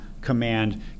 command